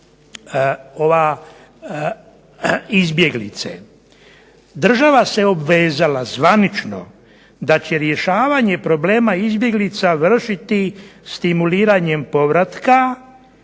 izbjeglice država se obvezala zvanično da će rješavanje problema izbjeglica vršiti stimuliranjem povratka